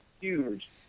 huge